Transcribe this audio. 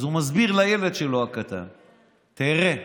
הוא מסביר לילד הקטן שלו: תראה,